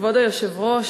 כבוד היושב-ראש,